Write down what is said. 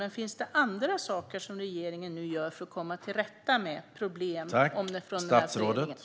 Men finns det andra saker som regeringen nu gör för att komma till rätta med problem från förordningen?